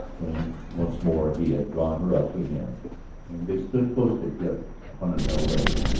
when once more he had drawn her up to him and they stood close together upon a narrow ledge,